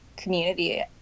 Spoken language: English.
community